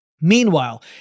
Meanwhile